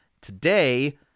Today